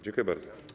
Dziękuję bardzo.